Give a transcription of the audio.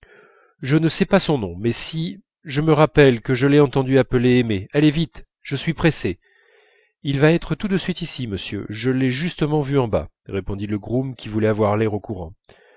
je ne sais pas son nom mais si je me rappelle que je l'ai entendu appeler aimé allez vite je suis pressé il va être tout de suite ici monsieur je l'ai justement vu en bas répondit le groom qui voulait avoir l'air au courant